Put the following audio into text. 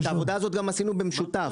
את העבודה הזאת עשינו במשותף.